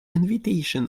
invitation